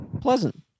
pleasant